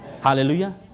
hallelujah